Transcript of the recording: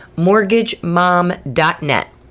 mortgagemom.net